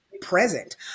present